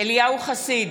אליהו חסיד,